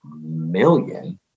million